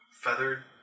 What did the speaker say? feathered